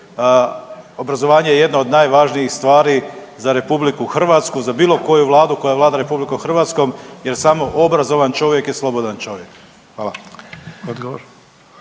Obrazovanje je jedno od najvažnijih stvari za Republiku Hrvatsku, za bilo koju vladu koja vlada Republikom Hrvatskom jer samo obrazovan čovjek je slobodan čovjek. Hvala.